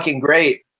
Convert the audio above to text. great